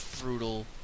brutal